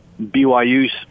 BYU's